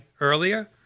earlier